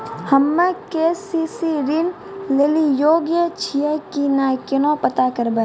हम्मे के.सी.सी ऋण लेली योग्य छियै की नैय केना पता करबै?